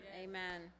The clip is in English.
Amen